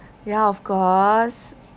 ya of course